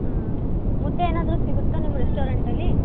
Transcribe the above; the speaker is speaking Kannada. ಹ್ಞೂ ಮುದ್ದೆ ಏನಾದರೂ ಸಿಗುತ್ತಾ ನಿಮ್ಮ ರೆಸ್ಟೋರೆಂಟಲ್ಲಿ